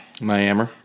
Miami